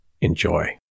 Enjoy